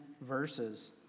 verses